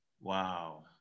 wow